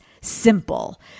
simple